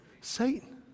Satan